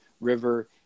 river